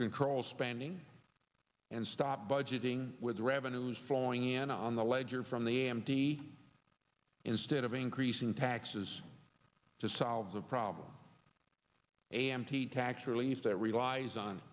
control spending and stop budgeting with the revenues flowing in on the ledger from the a m t instead of increasing taxes to solve the problem a m t tax relief that relies on